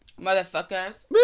Motherfuckers